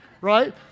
right